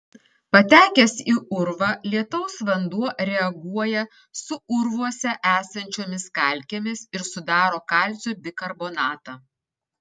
patekęs į urvą lietaus vanduo reaguoja su urvuose esančiomis kalkėmis ir sudaro kalcio bikarbonatą